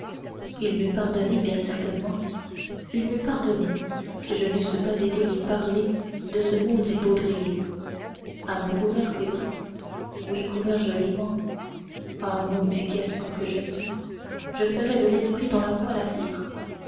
il m'eût pardonné bien certainement il m'eût pardonné si je n'eusse pas été lui parler de ce maudit baudrier à mots couverts c'est vrai oui couverts joliment ah maudit gascon que je suis je ferais de l'esprit dans la poêle à